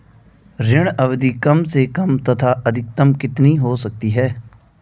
ऋण अवधि कम से कम तथा अधिकतम कितनी हो सकती है?